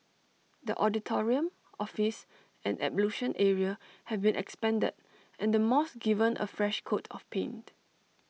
the auditorium office and ablution area have been expanded and the mosque given A fresh coat of paint